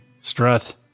strut